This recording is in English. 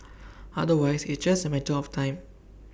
otherwise it's just A matter of time